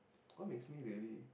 what makes me really